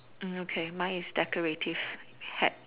mm okay mine is decorative hat